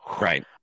Right